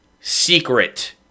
secret